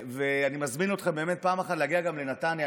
ואני מזמין אתכם באמת פעם אחת להגיע גם לנתניה.